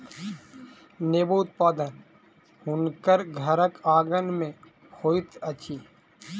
नेबो उत्पादन हुनकर घरक आँगन में होइत अछि